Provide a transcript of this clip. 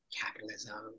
capitalism